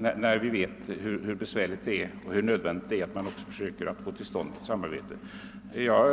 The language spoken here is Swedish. lösning, när vi vet hur besvärligt förhållandet är. Det är i stället nödvändigt att försöka få till stånd ett utvidgat samarbete på det sätt jag här angett.